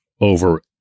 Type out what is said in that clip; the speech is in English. over